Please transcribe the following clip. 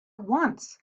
once